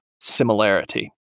similarity